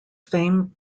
fame